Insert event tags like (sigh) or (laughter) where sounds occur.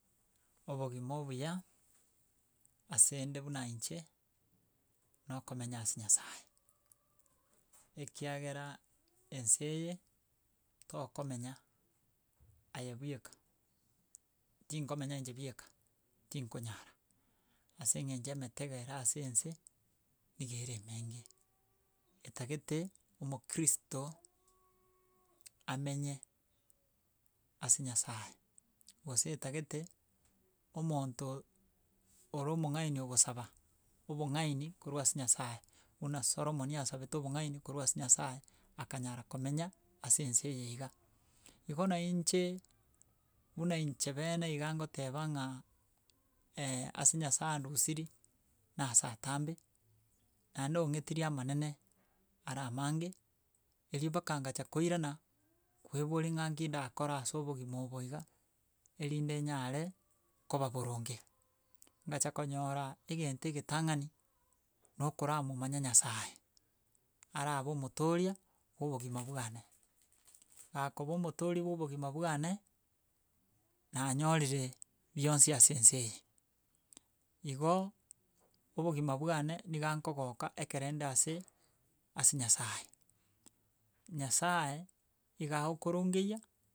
Obogima obuya ase nde buna inche, na okomenya ase nyasaye, ekiagera ense eye, tokomenya aye bieka, tinkomenya inche bieka tinkonyara, ase eng'encho emetego ere ase ense, nigere emenge etagete, omkristo amenye ase nyasaye, gose etagete omonto ore omong'aini ogosaba obong'aini korwa ase nyasaye, buna solomoni asabete obong'aini korwa ase nyasaye aknyara komenya ase ense eye iga. Igo na inche, buna inche bene iga ngoteba ng'a (hesitation) ase nyasaye andusiri na ase atambe, naende ong'etiri amanene are amange, erio mpaka ngacha koirana kwebori ng'a nki ndakore ase obogima obo iga, erinde nyare koba boronge. Ngacha konyora egento egetang'ani, no kora momanya nyasaye, ara abe omotoria bwa obogima bwane, gakoba omotoria bwa obogima bwane, nanyorire bionsi ase ense eye. Igo, obogima bwane niga nkogoka ekere ende ase ase nyasaye. Nyasaye iga agokorongeia.